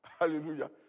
Hallelujah